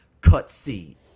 Cutscene